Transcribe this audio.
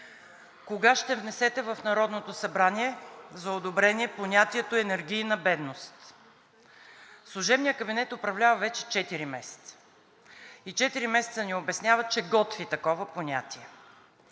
кога ще внесете в Народното събрание за одобрение понятието „енергийна бедност“? Служебният кабинет управлява вече четири месеца и четири месеца ни обяснява, че готви такова понятие.